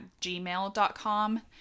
gmail.com